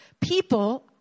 people